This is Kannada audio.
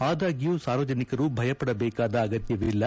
ಆದಾಗ್ಯೂ ಸಾರ್ವಜನಿಕರು ಭಯಪದಬೇಕಾದ ಅಗತ್ಯವಿಲ್ಲ